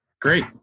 Great